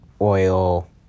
oil